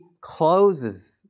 closes